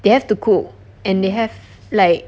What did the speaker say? they have to cook and they have like